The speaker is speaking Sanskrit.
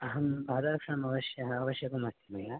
अहम् आदर्शमवश्यः अवश्यकमस्ति मया